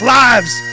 lives